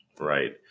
Right